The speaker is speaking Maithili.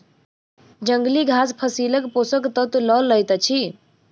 जंगली घास फसीलक पोषक तत्व लअ लैत अछि